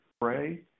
pray